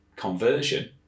conversion